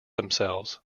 themselves